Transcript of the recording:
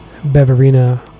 Beverina